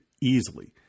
easily